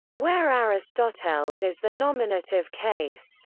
where aristoteles is the nominative case.